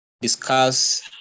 discuss